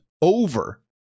over